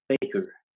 Baker